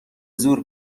زور